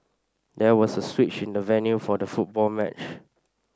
there was a switch in the venue for the football match